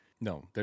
No